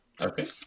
Okay